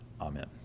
Amen